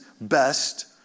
best